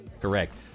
Correct